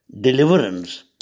deliverance